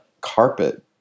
carpet